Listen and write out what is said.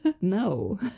no